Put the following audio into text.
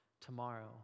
tomorrow